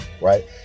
Right